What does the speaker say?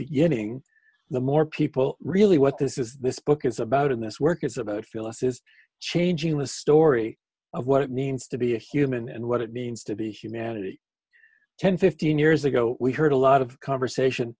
beginning the more people really what this is this book is about in this work is about phyllis's changing the story of what it means to be a human and what it means to be humanity ten fifteen years ago we heard a lot of conversation